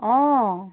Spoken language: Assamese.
অ